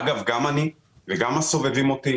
אגב, גם אני וגם הסובבים אותו.